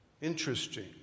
interesting